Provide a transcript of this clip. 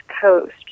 Coast